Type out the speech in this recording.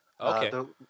Okay